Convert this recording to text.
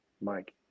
Mike